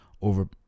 over